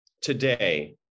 today